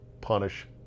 punish